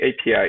API